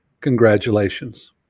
Congratulations